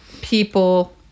people